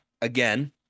again